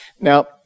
Now